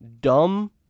dumb